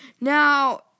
now